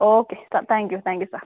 okay sir thank you thank you sir